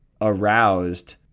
aroused